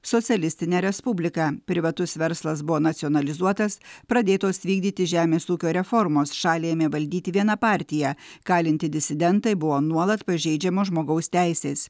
socialistine respublika privatus verslas buvo nacionalizuotas pradėtos vykdyti žemės ūkio reformos šalį ėmė valdyti viena partija kalinti disidentai buvo nuolat pažeidžiamos žmogaus teisės